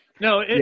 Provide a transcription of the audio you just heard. No